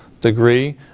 degree